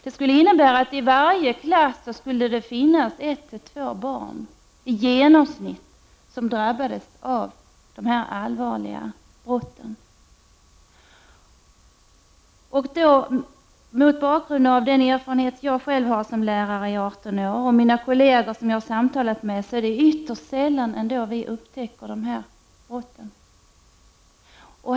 Det skulle innebära att det i varje klass skulle finnas i genomsnitt ett till två barn som drabbats av de här allvarliga brotten. Mot bakgrund av den erfarenhet som jag själv har som lärare under 18 år och samtal med mina kolleger kan jag säga att det är ytterst sällan som vi upptäcker de här brotten.